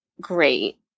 great